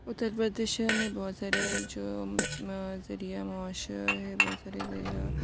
اتر پردیش میں بہت سارے جو ذریعہ معاش ہے بہت سارے ذریعہ